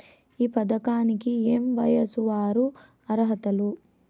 ఈ పథకానికి ఏయే వయస్సు వారు అర్హులు?